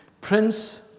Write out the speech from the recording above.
Prince